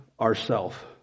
ourself